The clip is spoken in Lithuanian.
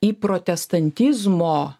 į protestantizmo